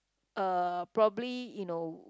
uh probably you know